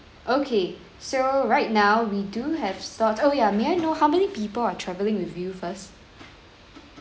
okay so right now we do have sort oh ya may I know how many people are traveling with you first